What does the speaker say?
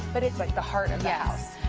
but it's like the heart of the house.